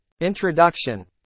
Introduction